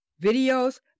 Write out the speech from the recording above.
videos